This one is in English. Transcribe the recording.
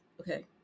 okay